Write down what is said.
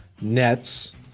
Nets